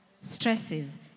stresses